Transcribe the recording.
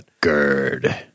Gerd